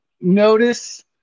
notice